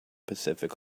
pacific